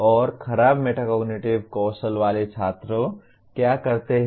और खराब मेटाकोगेक्टिव कौशल वाले छात्र क्या करते हैं